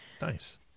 Nice